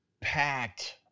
packed